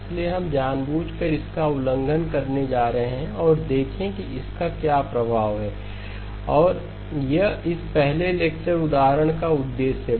इसलिए हम जानबूझकर इसका उल्लंघन करने जा रहे हैं और देखें कि इसका क्या प्रभाव है और यह इस पहले लेक्चर उदाहरण का उद्देश्य है